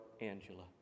Angela